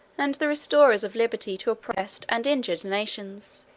and the restorers of liberty to oppressed and injured nations.